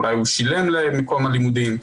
אולי הוא שילם למקום הלימודים.